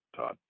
Todd